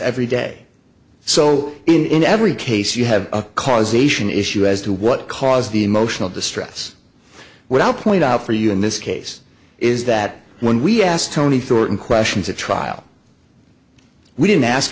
every day so in every case you have a causation issue as to what caused the emotional distress what i'll point out for you in this case is that when we asked tony thorton questions at trial we didn't ask